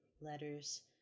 letters